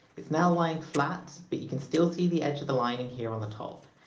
it's now lying flat but you can still see the edge of the lining here on the top.